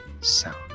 sound